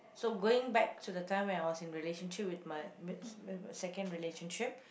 so going back to the time when I was in relationship with my m~ m~ second relationship